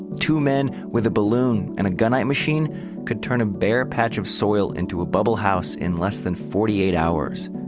two men with a balloon and a gunite machine could turn a bare patch of soil into a bubble house in less than forty eight hours.